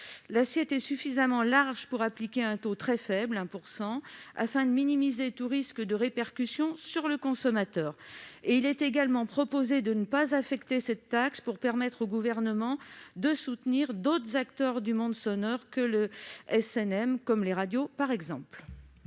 taxe est suffisamment large pour nous permettre d'appliquer un taux très faible, 1 %, afin de minimiser tout risque de répercussion sur le consommateur. Il est également proposé de ne pas affecter cette taxe pour permettre au Gouvernement de soutenir d'autres acteurs du monde sonore que le CNM, par exemple